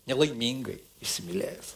nelaimingai įsimylėjęs